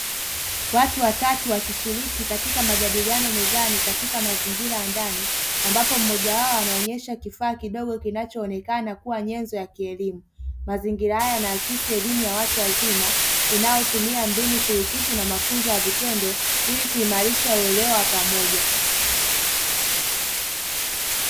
Watu watatu wakishiriki katika majadiliano mezani katika mazingira ya ndani ambapo mmoja wao anaonyesha kifaa kidogo kinachoonekana kuwa nyenzo ya kielimu, mazingira haya yanaakisi elimu ya watu wazima inayotumia mbinu shirikishi na mafunzo ya vitendo ili kuimarisha uelewa wa pamoja.